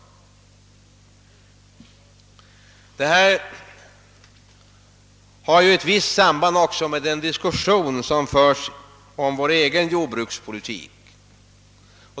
Detta har ett visst samband med den diskussion som förs även om vår egen jordbrukspolitik.